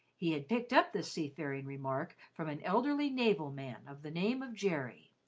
he had picked up this sea-faring remark from an elderly naval man of the name of jerry,